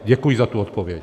Děkuji za tu odpověď.